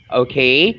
okay